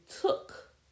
took